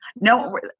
No